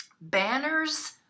banners